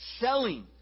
selling